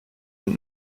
und